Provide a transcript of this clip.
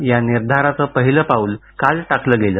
त्याच निर्धाराचं पहिलं पाऊल काल टाकलं गेलं